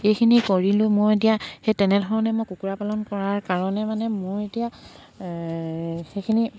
এইখিনি কৰিলোঁ মই এতিয়া সেই তেনেধৰণে মই কুকুৰা পালন কৰাৰ কাৰণে মানে মোৰ এতিয়া সেইখিনি